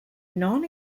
non